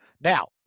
Now